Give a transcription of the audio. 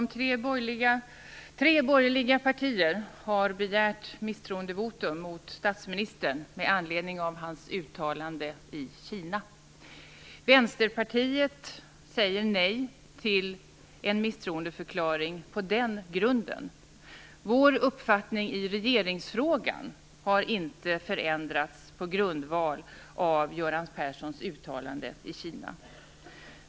Fru talman! Tre borgerliga partier har begärt misstroendevotum mot statsministern med anledning av hans uttalande i Kina. Vänsterpartiet säger nej till förslaget om misstroendeförklaring på den grunden. Vår uppfattning i regeringsfrågan har inte förändrats på grundval av Göran Perssons uttalande i Kina.